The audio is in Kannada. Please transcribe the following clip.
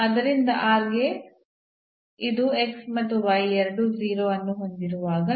ಆದ್ದರಿಂದ ಗೆ ಇದು ಮತ್ತು ಎರಡೂ 0 ಅನ್ನು ಹೊಂದಿರುವಾಗ